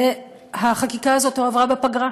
והחקיקה הזאת הועברה בפגרה.